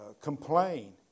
complain